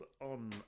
on